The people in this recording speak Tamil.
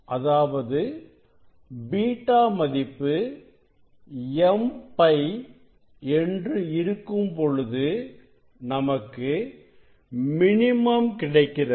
அதாவது β மதிப்பு m π என்று இருக்கும் பொழுது நமக்கு மினிமம் கிடைக்கிறது